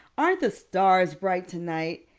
aren't the stars bright tonight?